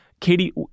Katie